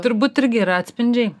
turbūt irgi yra atspindžiai